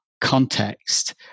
context